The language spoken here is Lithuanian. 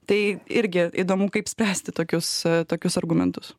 tai irgi įdomu kaip spręsti tokius tokius argumentus